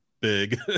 big